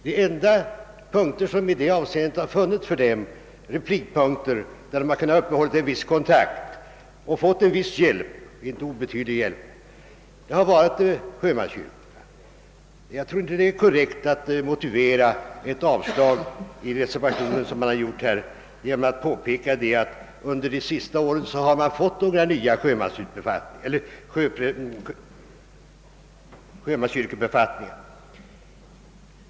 De enda replipunkter som i det avseendet funnits för sjömännen, där de kunnat upprätthålla viss kontakt och få en icke obetydlig hjälp, har varit sjömanskyrkorna. Jag tror inte att det är korrekt — som man har gjort i reservationen att motivera ett avslag med att påpeka, att antalet sjömanspräster ökat under de senaste åren.